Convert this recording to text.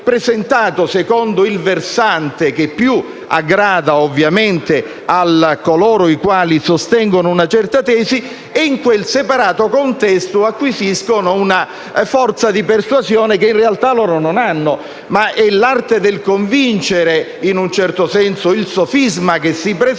presentato secondo il versante che più aggrada coloro i quali sostengono una certa tesi, e in quel separato contesto acquisiscono una forza di persuasione che in realtà non hanno. È l'arte del convincere e in un certo senso il sofisma che si presenta